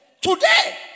Today